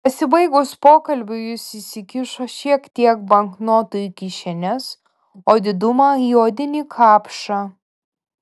pasibaigus pokalbiui jis įsikišo šiek tiek banknotų į kišenes o didumą į odinį kapšą